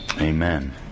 Amen